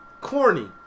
Corny